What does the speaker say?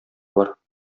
бар